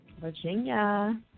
Virginia